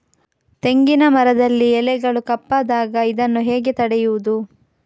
ತೆಂಗಿನ ಮರದಲ್ಲಿ ಎಲೆಗಳು ಕಪ್ಪಾದಾಗ ಇದನ್ನು ಹೇಗೆ ತಡೆಯುವುದು?